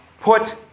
put